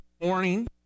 morning